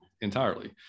entirely